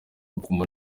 guma